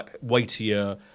weightier